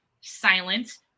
silence